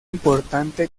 importante